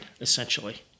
essentially